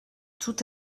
tout